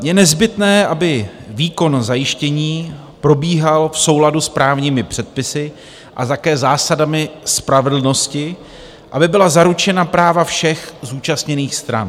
Je nezbytné, aby výkon zajištění probíhal v souladu s právními předpisy a také zásadami spravedlnosti, aby byla zaručena práva všech zúčastněných stran.